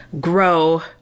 grow